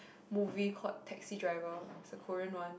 movie called taxi driver is a Korean one